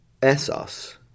Essos